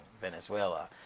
Venezuela